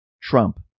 Trump